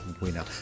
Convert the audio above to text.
winner